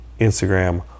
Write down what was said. Instagram